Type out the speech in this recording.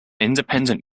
independent